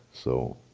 so,